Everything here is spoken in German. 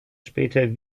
später